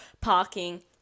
parking